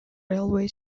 railway